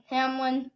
Hamlin